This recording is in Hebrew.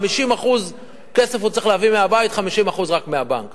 50% מהכסף הוא צריך להביא מהבית ורק 50% מהבנק.